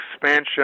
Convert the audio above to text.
expansion